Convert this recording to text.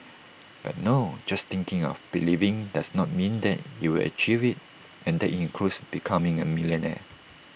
but no just thinking or believing does not mean that you will achieve IT and that includes becoming A millionaire